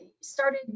started